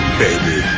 baby